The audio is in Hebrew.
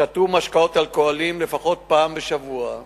שתו משקאות אלכוהוליים לפחות פעם בשבוע,